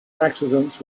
accidents